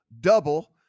double